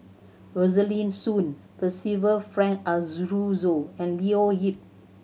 Rosaline Soon Percival Frank Aroozoo and Leo Yip